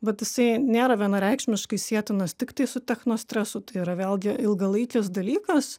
bet jisai nėra vienareikšmiškai sietinas tiktai su technostresu tai yra vėlgi ilgalaikis dalykas